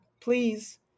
please